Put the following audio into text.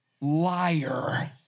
liar